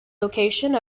location